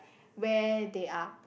where they are